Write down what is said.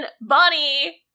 Bonnie